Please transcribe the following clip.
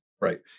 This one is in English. right